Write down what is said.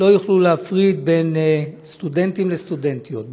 לא יוכלו להפריד בין סטודנטים לסטודנטיות,